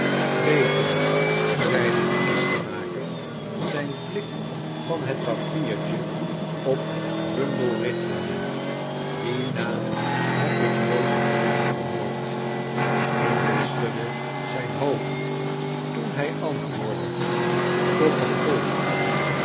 bayton zeide de kistenmaker zijn blik van het papiertje op bumble richtende dien naam heb ik nooit te voren gehoord bumble schudde zijn hoofd toen hij antwoordde koppig volk